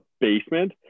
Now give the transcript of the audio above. basement